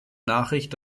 nachricht